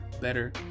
better